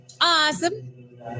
Awesome